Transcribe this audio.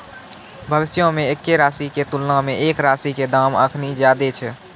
भविष्यो मे एक्के राशि के तुलना मे एक राशि के दाम अखनि ज्यादे छै